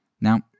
Now